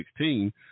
2016